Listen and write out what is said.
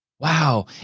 Wow